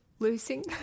Losing